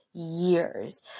years